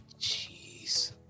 Jeez